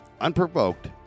unprovoked